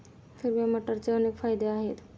हिरव्या मटारचे अनेक फायदे आहेत